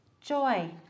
joy